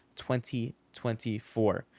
2024